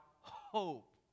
hope